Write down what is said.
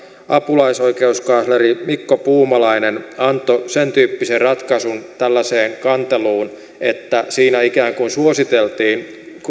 apulaisoikeuskansleri mikko puumalainen antoi sentyyppisen ratkaisun tällaiseen kanteluun että siinä ikään kuin suositeltiin